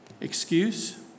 excuse